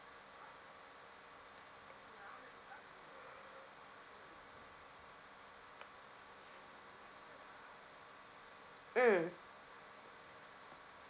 mm